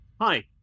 Hi